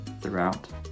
throughout